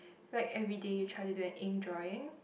like everyday you try to do an ink drawing